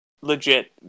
legit